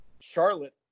Charlotte